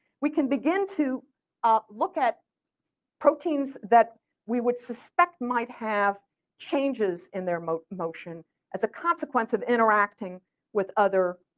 we can begin to ah look at proteins that we would suspect might have changes in their motion motion as a consequence of interacting with other